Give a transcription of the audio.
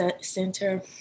center